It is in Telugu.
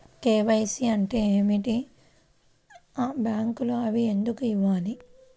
కే.వై.సి అంటే ఏమిటి? బ్యాంకులో అవి ఎందుకు ఇవ్వాలి?